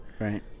right